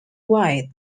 white